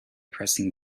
pressing